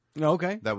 Okay